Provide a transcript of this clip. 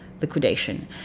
liquidation